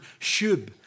shub